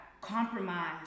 compromise